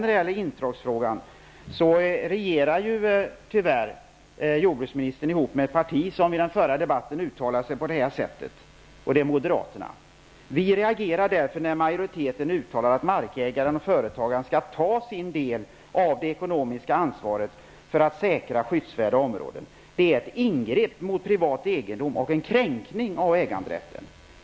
Vad beträffar intrångsfrågan regerar ju jordbruksministern tyvärr ihop med ett parti som i den förra debatten om saken uttalade sig på följande sätt -- det är moderaterna: ''Vi reagerar därför när majoriteten uttalar att markägaren och företagaren skall ta sin del av det ekonomiska ansvaret för att säkra skyddsvärda områden. Det är ett ingrepp mot privat egendom och en kränkning av äganderätten.''